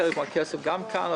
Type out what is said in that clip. חלק מהכסף גם כאן,